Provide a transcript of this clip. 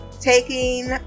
taking